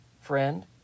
friend